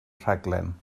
rhaglen